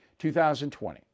2020